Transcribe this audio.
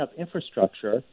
infrastructure